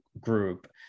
group